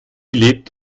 lebt